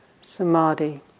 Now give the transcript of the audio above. samadhi